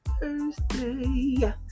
thursday